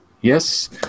Yes